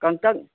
ꯀꯥꯡꯇꯛ